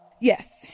Yes